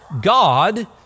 God